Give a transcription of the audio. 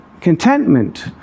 contentment